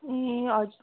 ए हजुर